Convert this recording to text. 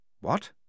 What